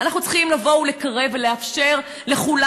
אנחנו צריכים לבוא ולקרב ולאפשר לכולם